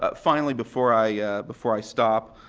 but finally before i before i stop,